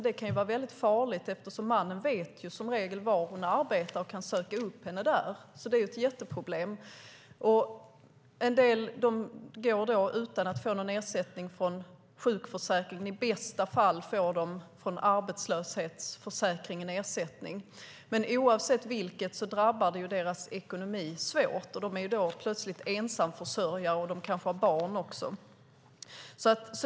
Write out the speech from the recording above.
Det kan vara väldigt farligt eftersom mannen som regel vet var hon arbetar och kan söka upp henne där. Det är ett jätteproblem. En del går utan att få någon ersättning från sjukförsäkringen. I bästa fall får de ersättning från arbetslöshetsförsäkringen. Oavsett vilket drabbar det deras ekonomi svårt. De är plötsligt ensamförsörjare, och de har kanske barn också.